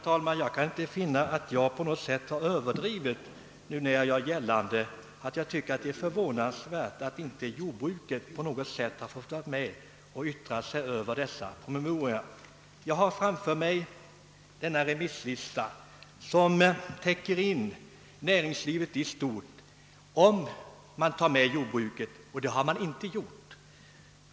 Herr talman! Jag kan inte finna att jag överdriver när jag säger att det är förvånande, att jordbruket inte på något sätt fått vara med och yttra sig över dessa promemorior. Jag har framför mig remisslistan, som skulle ha täckt in näringslivet i stort, om även jordbruket tagits med. Så har emellertid inte skett.